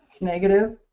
Negative